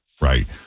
Right